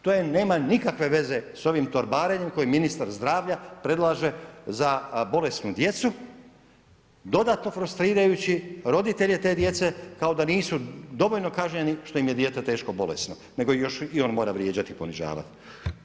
To nema nikakve veze sa ovim torbarenjem koji ministar zdravlja predlaže za bolesnu djecu dodatno frustrirajući roditelje te djece kao da nisu dovoljno kažnjeni što im dijete teško bolesno, nego ih i on mora vrijeđati i ponižavati.